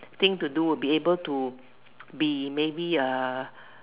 thing to do will be able to be maybe